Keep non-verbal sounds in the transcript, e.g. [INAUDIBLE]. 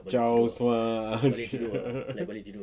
chao sua [LAUGHS]